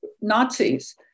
Nazis